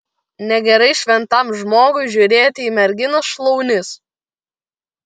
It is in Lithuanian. negerai šventam žmogui žiūrėti į merginos šlaunis